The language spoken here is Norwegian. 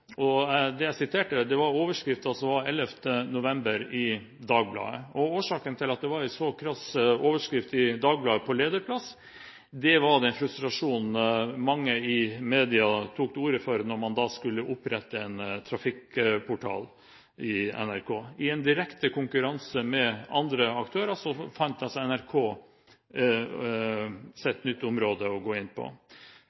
snakker jeg om NRK. Det jeg siterte, var en overskrift som sto i Dagbladet 11. november. Årsaken til at det var en så krass overskrift på lederplass i Dagbladet, var den frustrasjonen mange i media uttrykte da man skulle opprette en trafikkportal i NRK. I direkte konkurranse med andre aktører fant NRK